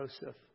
Joseph